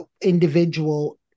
individual